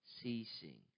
ceasing